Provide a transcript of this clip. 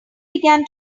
began